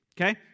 Okay